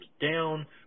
down